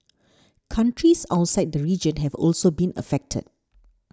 countries outside the region have also been affected